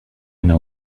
know